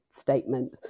statement